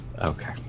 Okay